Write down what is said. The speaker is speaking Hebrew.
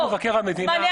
חברת הכנסת סאלח, בבקשה.